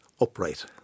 upright